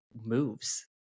moves